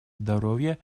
здоровья